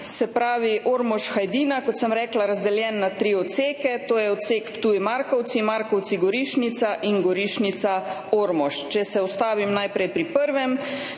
se pravi Ormož–Hajdina, je, kot sem rekla, razdeljen na tri odseke, to so odsek Ptuj–Markovci, Markovci–Gorišnica in Gorišnica–Ormož. Če se ustavim najprej pri prvem,